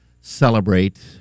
celebrate